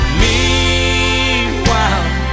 meanwhile